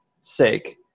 sake